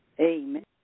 Amen